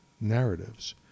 narratives